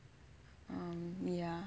um we are